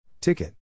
Ticket